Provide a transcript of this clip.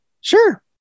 Sure